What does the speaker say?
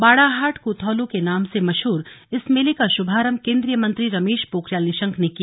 बाड़ाहाट कू थौलू के नाम से मशहूर इस मेले का शुभारंभ केंद्रीय मंत्री रमेश पोखरियाल निशंक ने किया